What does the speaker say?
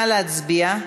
נא להצביע.